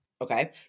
Okay